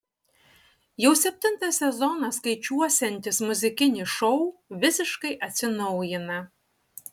jau septintą sezoną skaičiuosiantis muzikinis šou visiškai atsinaujina